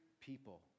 people